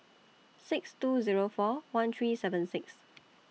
six two Zero four one three seven six